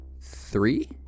three